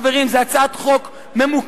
חברים, זו הצעת חוק ממוקדת.